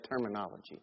terminology